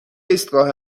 ایستگاه